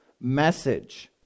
message